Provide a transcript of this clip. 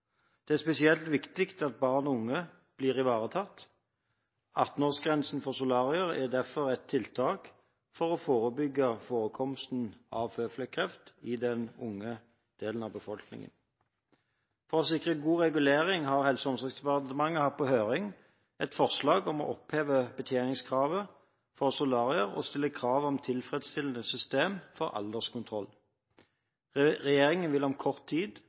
Det er spesielt viktig at barn og unge blir ivaretatt. 18-årsgrensen for solarier er derfor et tiltak for å forebygge forekomsten av føflekkreft i den unge delen av befolkningen. For å sikre god regulering har Helse- og omsorgsdepartementet hatt på høring et forslag om å oppheve betjeningskravet for solarier og stille krav om et tilfredsstillende system for alderskontroll. Regjeringen vil om kort tid